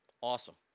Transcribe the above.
Awesome